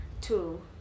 Two